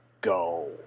go